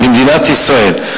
למדינת ישראל.